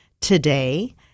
today